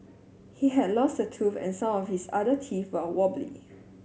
he had lost a tooth and some of his other teeth were wobbly